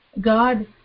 God